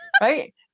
right